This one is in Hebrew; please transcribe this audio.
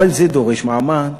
אבל זה דורש מאמץ,